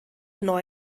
neu